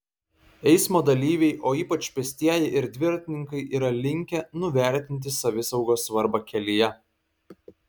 eismo dalyviai o ypač pėstieji ir dviratininkai yra linkę nuvertinti savisaugos svarbą kelyje